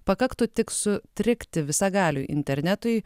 pakaktų tik sutrikti visagaliui internetui